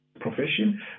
profession